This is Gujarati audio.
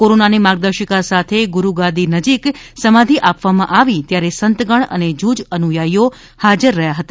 કોરોનાની માર્ગદર્શિકા સાથે ગુરૂગાદી નજીક સમાધિ આપવામાં આવી ત્યારે સંતગણ અને જૂજ અનુયાયીઓ હાજર રહ્યા હતા